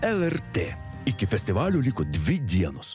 lrt iki festivalio liko dvi dienos